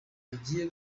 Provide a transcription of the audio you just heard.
agiye